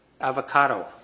avocado